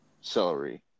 celery